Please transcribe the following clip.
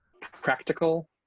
practical